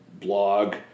blog